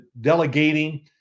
delegating